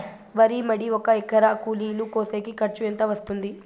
వరి మడి ఒక ఎకరా కూలీలు కోసేకి ఖర్చు ఎంత వస్తుంది?